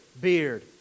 beard